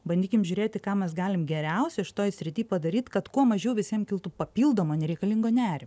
bandykim žiūrėti ką mes galim geriausia šitoj srity padaryt kad kuo mažiau visiem kiltų papildomo nereikalingo nerimo